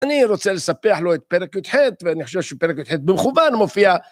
אני רוצה לספח לו את פרק ח', ואני חושב שפרק ח' במכוון מופיע.